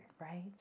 Right